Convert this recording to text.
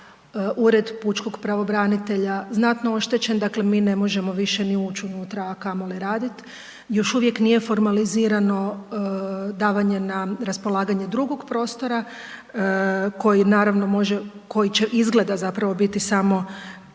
Ured pučkog pravobranitelja znatno oštećen, dakle mi ne možemo više ni ući unutra, a kamoli raditi. Još uvijek nije formalizirano davanje na raspolaganje drugog prostora, koji naravno može, koji će, izgleda zapravo, biti samo privremen